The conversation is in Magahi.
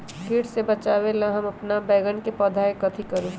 किट से बचावला हम अपन बैंगन के पौधा के कथी करू?